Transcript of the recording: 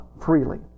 freely